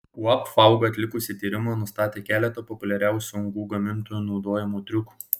uab fauga atlikusi tyrimą nustatė keletą populiariausių angų gamintojų naudojamų triukų